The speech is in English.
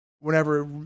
whenever